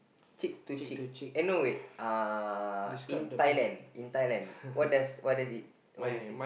cheek to cheek uh no wait uh in Thailand in Thailand what does what does it what does it say